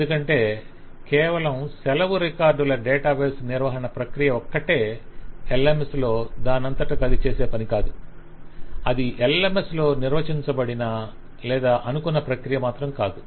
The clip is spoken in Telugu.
ఎందుకంటే కేవలం సెలవు రికార్డుల డేటాబేస్ నిర్వహణ ప్రక్రియ ఒక్కటే LMS లో దానంతటకది చేసే పని కాదు అది LMS లో నిర్వచించబడిన లేదా అనుకొన్న ప్రక్రియ కాదు